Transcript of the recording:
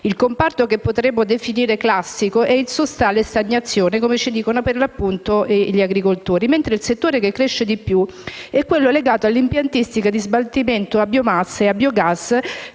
il comparto che potremmo definire classico è in sostanziale stagnazione, come ci dicono gli agricoltori, mentre il settore che cresce di più è quello legato all'impiantistica di smaltimento a biomassa e a biogas,